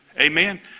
Amen